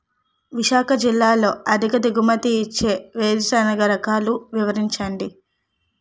విశాఖ జిల్లాలో అధిక దిగుమతి ఇచ్చే వేరుసెనగ రకాలు వివరించండి?